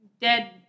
dead